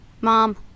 Mom